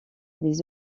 des